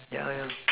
yeah yeah